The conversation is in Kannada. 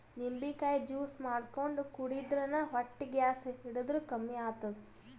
ನಿಂಬಿಕಾಯಿ ಜ್ಯೂಸ್ ಮಾಡ್ಕೊಂಡ್ ಕುಡ್ಯದ್ರಿನ್ದ ಹೊಟ್ಟಿ ಗ್ಯಾಸ್ ಹಿಡದ್ರ್ ಕಮ್ಮಿ ಆತದ್